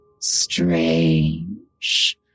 strange